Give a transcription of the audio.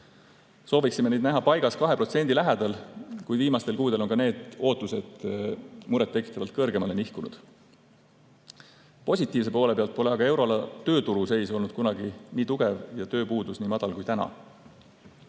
Sooviksime neid näha 2% lähedal, kuid viimastel kuudel on ka need ootused muret tekitavalt kõrgemale nihkunud. Positiivse poole pealt pole aga euroala tööturu seis olnud kunagi nii tugev ja tööpuudus nii väike kui täna.